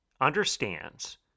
understands